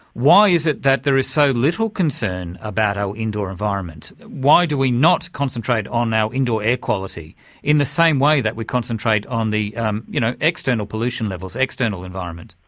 why is it that there is so little concern about our indoor environment? why do we not concentrate on our indoor air quality in the same way that we concentrate on the um you know external pollution levels, external environment?